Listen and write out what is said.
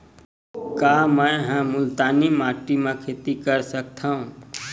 का मै ह मुल्तानी माटी म खेती कर सकथव?